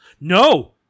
No